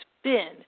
spin